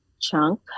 chunk